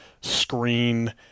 screen